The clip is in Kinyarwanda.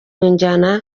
njyana